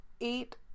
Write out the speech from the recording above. eight